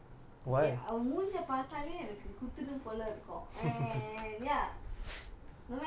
okay அவ மூஞ்சிய பாத்தாலே எனக்கு குத்தனும் போலயே இருக்கும்:ava moonjiya pathale enakku kuthanum polayae irukum and ya